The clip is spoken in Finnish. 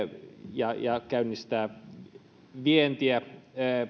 ja ja käynnistää vientiä